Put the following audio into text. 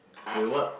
will what